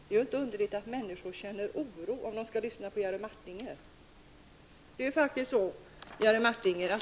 Det är inte underligt att människor känner oro, om de lyssnar till Jerry Martinger.